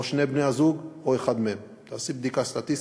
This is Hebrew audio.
או שני בני-הזוג או אחד מהם, תעשי בדיקה סטטיסטית.